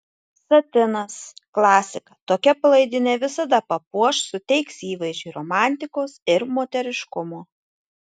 satinas klasika tokia palaidinė visada papuoš suteiks įvaizdžiui romantikos ir moteriškumo